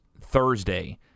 Thursday